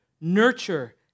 nurture